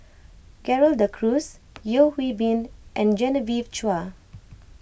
Gerald De Cruz Yeo Hwee Bin and Genevieve Chua